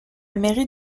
mairie